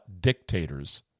dictators